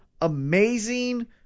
amazing